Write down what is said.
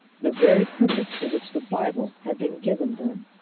the very purpose for which the bible had been given them.